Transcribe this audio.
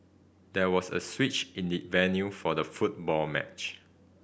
there was a switch in the venue for the football match